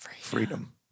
freedom